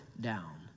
down